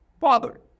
Father